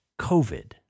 COVID